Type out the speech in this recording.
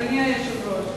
היושב-ראש,